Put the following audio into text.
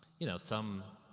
you know, some,